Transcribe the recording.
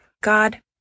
God